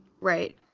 Right